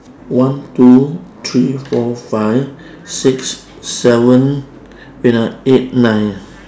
one two three four five six seven wait ah eight nine